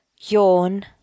yawn